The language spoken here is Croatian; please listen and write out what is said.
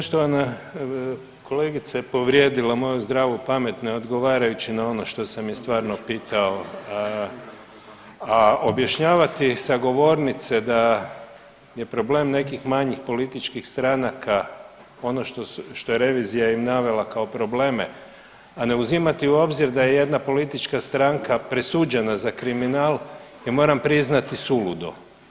Poštovana kolegica je povrijedila moju zdravu pamet ne odgovarajući na ono što sam je stvarno pitao, a objašnjavati sa govornice da je problem nekih manjih političkih stranaka ono što je revizija im navela kao probleme, a ne uzimati u obzir da je jedna politička stranka presuđena za kriminal, ja moram priznati, suludo.